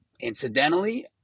incidentally